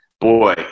boy